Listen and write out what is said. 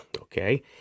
okay